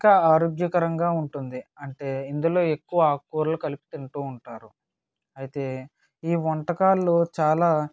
ఇంకా ఆరోగ్యకరంగా ఉంటుంది అంటే ఇందులో ఎక్కువ ఆకుకూరలు కలిపి తింటూ ఉంటారు అయితే ఈ వంటకాల్లో చాలా